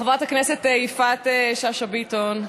חברת הכנסת יפעת שאשא ביטון,